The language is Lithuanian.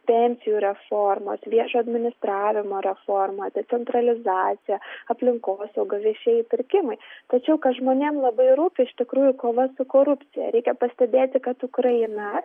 pensijų reformos viešojo administravimo reforma decentralizacija aplinkosauga viešieji pirkimai tačiau kas žmonėm labai rūpi iš tikrųjų kova su korupcija reikia pastebėti kad ukraina